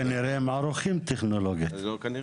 ווליד טאהא